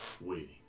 waiting